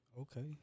Okay